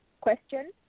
question